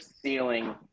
ceiling